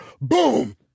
Boom